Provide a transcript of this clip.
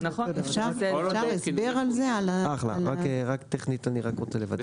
אחלה, רק טכנית אני רוצה לוודא.